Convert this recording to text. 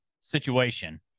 situation